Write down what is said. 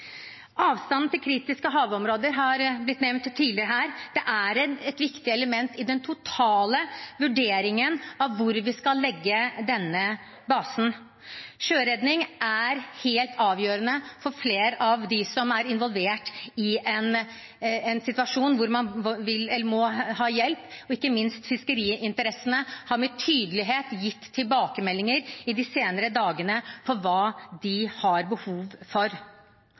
Avstanden til kritiske havområder er blitt nevnt tidligere her. Det er et viktig element i den totale vurderingen av hvor vi skal legge denne basen. Sjøredning er helt avgjørende for flere av dem som er involvert i en situasjon hvor man må ha hjelp, og ikke minst har fiskeriinteressene de siste dagene med tydelighet gitt tilbakemeldinger om hva de har behov for. Det er også viktig at vi ser på statistikken for